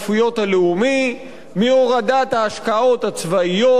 מהורדת ההשקעות הצבאיות וההוצאות הצבאיות,